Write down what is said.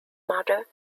mother